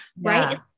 right